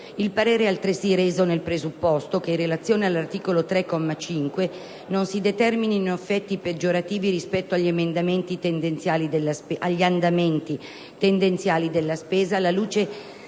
Il parere è altresì reso nel presupposto che, in relazione all'articolo 3, comma 5, non si determinino effetti peggiorativi rispetto agli andamenti tendenziali della spesa, alla luce